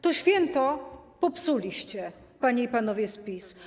To święto popsuliście, panie i panowie z PiS.